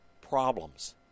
problems